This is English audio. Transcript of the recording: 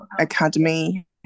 Academy